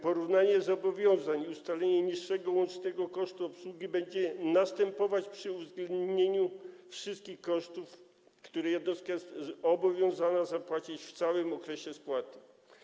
Porównanie zobowiązań i ustalenie niższego łącznego kosztu obsługi będzie następować przy uwzględnieniu wszystkich kosztów, które jednostka jest obowiązana zapłacić w całym okresie spłaty.